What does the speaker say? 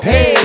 Hey